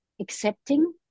accepting